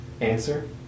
answer